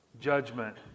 judgment